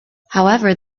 however